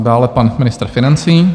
Dále pan ministr financí.